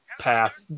path